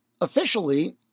officially